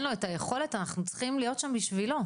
לו את היכולת אנחנו צריכים להיות שם בשבילו.